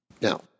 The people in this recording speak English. Now